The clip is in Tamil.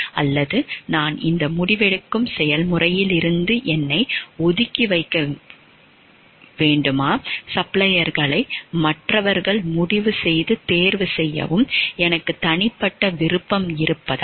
அல்லது நான் இந்த முடிவெடுக்கும் செயல்முறையிலிருந்து என்னை ஒதுக்கி வைத்துக்கொள்ளவும் சப்ளையர்களை மற்றவர்கள் முடிவு செய்து தேர்வு செய்யவும் எனக்கு தனிப்பட்ட விருப்பம் இருப்பதால்